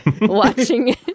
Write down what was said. watching